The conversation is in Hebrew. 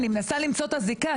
אני מנסה למצוא את הזיקה.